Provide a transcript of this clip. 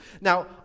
Now